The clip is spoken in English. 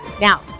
now